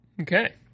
Okay